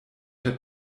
der